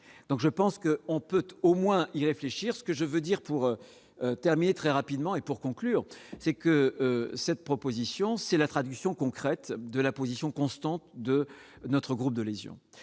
donc je pense que on peut au moins y réfléchir, ce que je veux dire pour terminer très rapidement et pour conclure, c'est que cette proposition, c'est la traduction concrète de la position constante de notre groupe de lésions,